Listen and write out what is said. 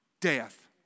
death